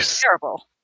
terrible